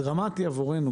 דרמטי עבורנו,